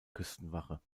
küstenwache